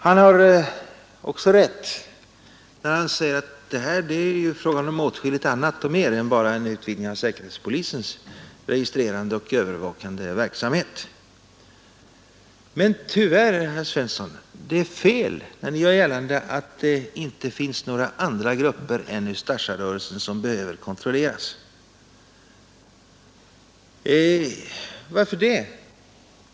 Han har också rätt när han säger att det är fråga om åtskilligt annat och mer än bara en utvidgning av säkerhetspolisens registrerande och övervakande verksamhet. Men tyvärr, herr Svensson, är det fel när ni gör gällande att det inte finns några andra grupper än Ustasja-rörelsen som behöver kontrolleras. Varför det?